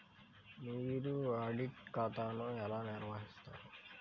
మీరు ఆడిట్ ఖాతాను ఎలా నిర్వహిస్తారు?